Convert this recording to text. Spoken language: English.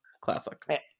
classic